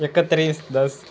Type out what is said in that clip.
એકત્રીસ દસ